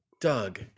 Doug